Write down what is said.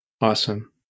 Awesome